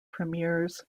premiers